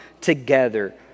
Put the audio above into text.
together